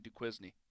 Duquesne